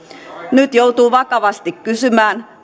nyt joutuu vakavasti kysymään